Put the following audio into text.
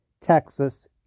Texas